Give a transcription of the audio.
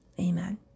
amen